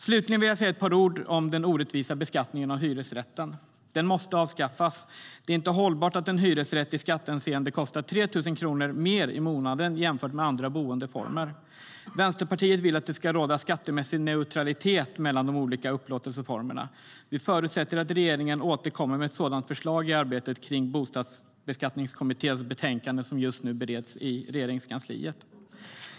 Slutligen vill jag säga ett par ord om den orättvisa beskattningen av hyresrätten. Den måste avskaffas. Det är inte hållbart att en hyresrätt i skattehänseende kostar 3 000 kronor mer i månaden jämfört med andra boendeformer. Vänsterpartiet vill att det ska råda skattemässig neutralitet mellan de olika upplåtelseformerna. Vi förutsätter att regeringen återkommer med sådana förslag i arbetet kring Bostadsbeskattningskommitténs betänkande, som just nu bereds i Regeringskansliet.